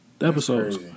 episodes